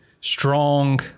strong